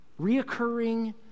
reoccurring